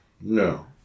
No